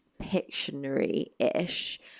Pictionary-ish